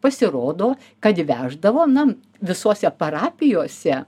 pasirodo kad veždavo na visose parapijose